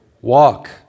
Walk